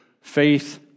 faith